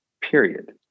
period